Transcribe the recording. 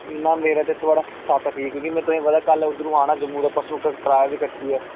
ना मेरा ते थुआढ़ा सत्त ठीक क्योंकि मैं तुसेंगी पता कल उद्धरूं आना जम्मू दा बस दा कराया बी खर्चियै